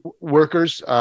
workers